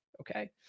okay